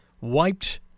wiped